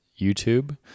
YouTube